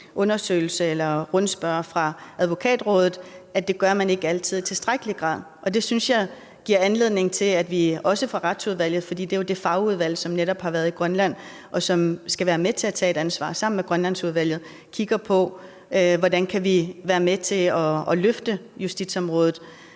undersøgelse eller rundspørge fra Advokatrådet, at det gør man ikke altid i tilstrækkelig grad. Det synes jeg giver anledning til, at vi også fra Retsudvalgets side – for det er jo det fagudvalg, som netop har været i Grønland, og som skal være med til at tage et ansvar sammen med Grønlandsudvalget – kigger på, hvordan vi kan være med til at løfte justitsområdet,